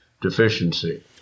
deficiency